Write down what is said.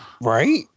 right